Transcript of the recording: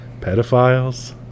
pedophiles